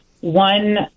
one